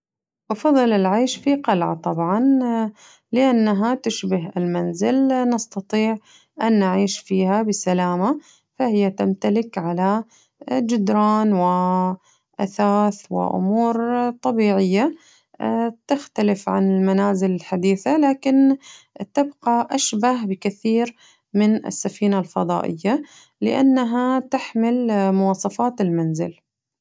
أفضل العيش في قلعة طبعاً لأنها تشبه المنزل نستطيع أن نعيش فيها بسلامة فهي تمتلك على جدران وأثاث وأمور طبيعية تختلف عن المنازل الحديثة لكن تبقى أشبه بكثير من السفينة الفضائية لأنها تحمل مواصفات المنزل.